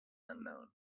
unknown